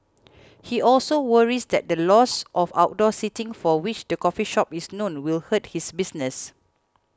he also worries that the loss of outdoor seating for which the coffee shop is known will hurt his business